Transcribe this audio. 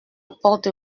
porte